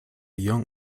young